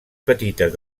petites